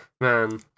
man